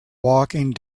walking